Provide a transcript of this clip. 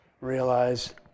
Realize